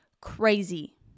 crazy